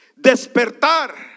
despertar